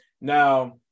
Now